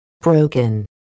broken